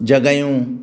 जॻहियूं